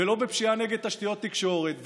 ולא בפשיעה נגד תשתיות תקשורת,